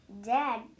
Dad